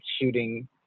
shooting